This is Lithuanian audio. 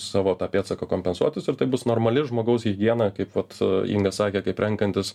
savo tą pėdsaką kompensuotis ir tai bus normali žmogaus higiena kaip vat inga sakė kaip renkantis